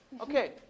Okay